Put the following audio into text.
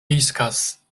riskas